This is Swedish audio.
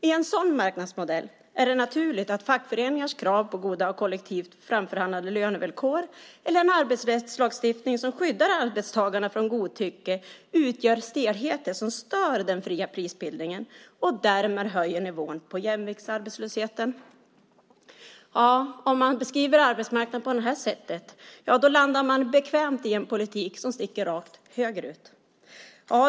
I en sådan marknadsmodell är det naturligt att fackföreningars krav på goda och kollektivt framförhandlade lönevillkor eller en arbetsrättslagstiftning som skyddar arbetstagare från godtycke utgör stelheter som stör den fria prisbildningen och därmed höjer nivån på jämviktsarbetslösheten. Om man beskriver arbetsmarknad på det sättet landar man bekvämt i en politik som sticker rakt högerut.